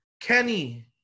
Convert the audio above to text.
Kenny